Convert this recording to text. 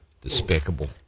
Despicable